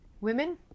Women